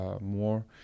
more